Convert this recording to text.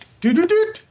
do-do-do